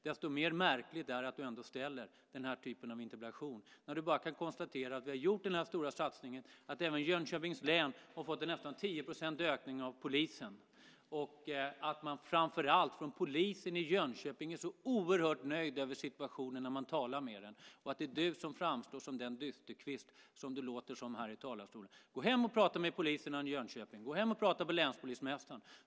Desto mer märkligt är det att du ändå ställer den här typen av interpellation när du bara kan konstatera att vi har gjort denna stora satsning, att även Jönköpings län har fått en nästan 10-procentig ökning av polisen och framför allt att polisen i Jönköping är så oerhört nöjda med situationen när man talar med dem. Det är du som framstår som en dysterkvist här i talarstolen. Gå hem och prata med polisen i Jönköping! Gå hem och prata med länspolismästaren!